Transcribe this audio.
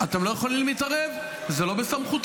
אתם לא יכולים להתערב, זה לא בסמכותכם.